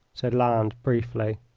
said lannes, briefly.